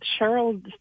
Cheryl